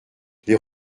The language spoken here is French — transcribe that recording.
les